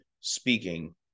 speaking